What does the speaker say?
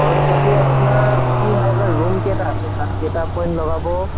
খৰচ পাতি আপোনাৰ কি হয় বাৰু ৰূম কেইটা আছে তাত কেইটা পইণ্ট লগাব